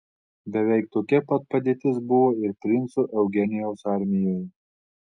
beveik tokia pat padėtis buvo ir princo eugenijaus armijoje